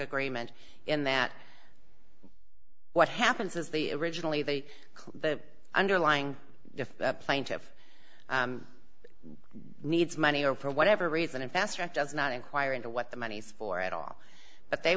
agreement in that what happens is the originally they the underlying plaintiff needs money or for whatever reason and fastrack does not inquire into what the money is for at all but they